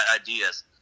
ideas